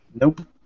Nope